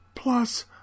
plus